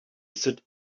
stood